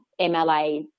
MLA